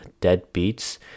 deadbeats